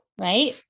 right